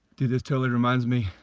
dude, this totally reminds me